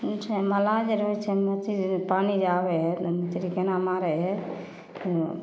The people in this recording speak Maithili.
मछरी मलाह जे रहै छै मछरी जे पानि जे आबै हइ तऽ ओ मछरी केना मारै हइ ओ